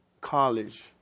college